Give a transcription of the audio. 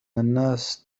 الناس